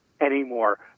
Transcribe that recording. anymore